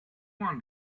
want